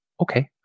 okay